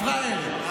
הפראיירים,